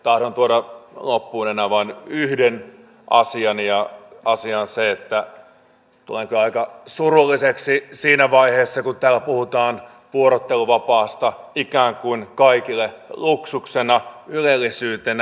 tahdon tuoda loppuun enää vain yhden asian ja asia on se että tulen kyllä aika surulliseksi siinä vaiheessa kun täällä puhutaan vuorotteluvapaasta ikään kuin kaikille luksuksena ylellisyytenä